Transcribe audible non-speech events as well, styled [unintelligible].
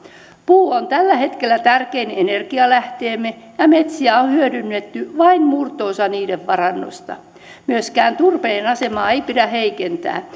puu on tällä hetkellä tärkein energialähteemme ja metsiä on hyödynnetty vain murto osa niiden varannoista myöskään turpeen asemaa ei pidä heikentää [unintelligible]